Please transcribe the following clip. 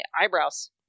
eyebrows